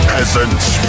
Peasants